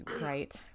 Right